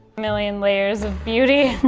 million layers of beauty.